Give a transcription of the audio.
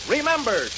Remember